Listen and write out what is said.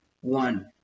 one